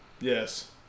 Yes